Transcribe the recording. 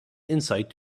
insight